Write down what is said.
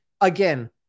again